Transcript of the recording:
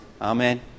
Amen